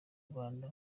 rwanda